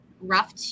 rough